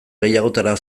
gehiagotara